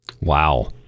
Wow